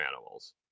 animals